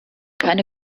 keine